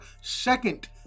second